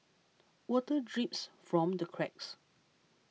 water drips from the cracks